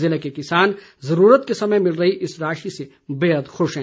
ज़िले के किसान जरूरत के समय मिल रही इस राशि से बेहद खुश हैं